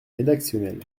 rédactionnel